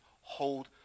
hold